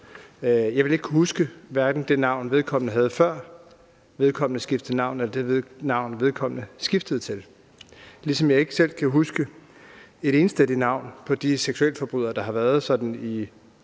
Jeg ville ikke kunne huske det navn, vedkommende havde, før vedkommende skiftede navn, eller det navn, vedkommende skiftede til. Jeg kan heller ikke huske et eneste navn på de seksualforbrydere, der har været i